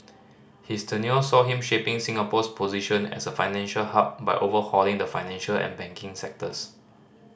his tenure saw him shaping Singapore's position as a financial hub by overhauling the financial and banking sectors